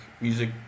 music